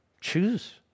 Choose